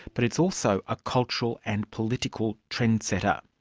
but it's also a cultural and political trendsetter.